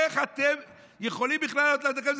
איך אתם יכולים בכלל להעלות על דעתכם,